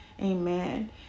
Amen